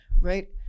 right